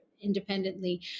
independently